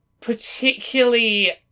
particularly